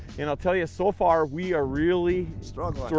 and i'll tell ya so far, we are really struggling.